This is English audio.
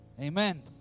Amen